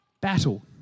battle